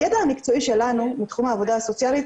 הידע המקצועי שלנו, מתחום העבודה הסוציאלית,